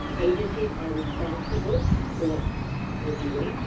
agencies are responsible for reviewing,